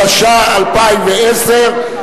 התש"ע 2010,